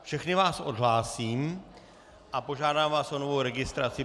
Všechny vás odhlásím a požádám vás o novou registraci.